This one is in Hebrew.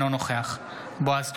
אינו נוכח בועז טופורובסקי,